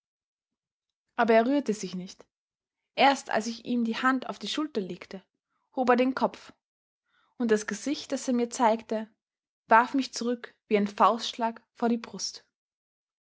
aber er rührte sich nicht erst als ich ihm die hand auf die schulter legte hob er den kopf und das gesicht das er mir zeigte warf mich zurück wie ein faustschlag vor die brust